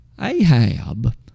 Ahab